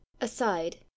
aside